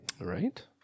Right